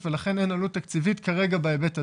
ולכן אין עלות תקציבית כרגע בהיבט הזה.